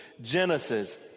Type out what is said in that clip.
Genesis